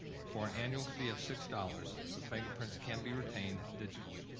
for an annual fee of six dollars, the fingerprints can be retained digitally,